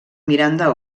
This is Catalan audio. miranda